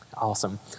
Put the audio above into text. Awesome